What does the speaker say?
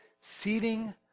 seeding